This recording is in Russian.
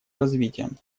развитием